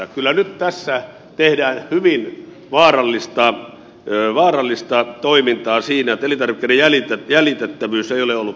kyllä tässä nyt tehdään hyvin vaarallista toimintaa siinä että elintarvikkeiden jäljitettävyys ei ole ollut hallussa